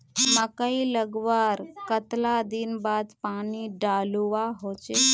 मकई लगवार कतला दिन बाद पानी डालुवा होचे?